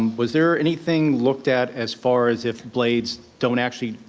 and was there anything looked at as far as if blades don't actually